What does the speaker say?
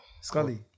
Scully